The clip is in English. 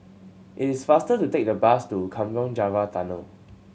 it is faster to take the bus to Kampong Java Tunnel